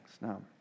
Now